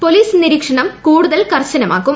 police നിരീക്ഷണം കൂടുതൽ കർശനമാക്കും